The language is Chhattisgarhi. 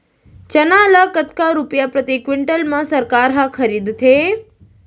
चना ल कतका रुपिया प्रति क्विंटल म सरकार ह खरीदथे?